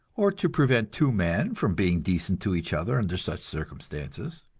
or to prevent two men from being decent to each other under such circumstances.